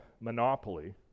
monopoly